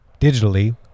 digitally